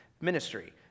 ministry